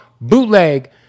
BOOTLEG